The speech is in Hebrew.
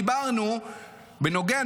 דיברנו על כמה דברים בנוגע,